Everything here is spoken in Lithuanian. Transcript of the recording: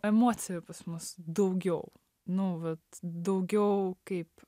emocijų pas mus daugiau nu vat daugiau kaip